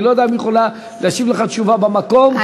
אני לא יודע אם היא יכולה להשיב לך תשובה במקום כאשר השאילתה,